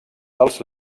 dels